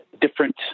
different